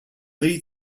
lead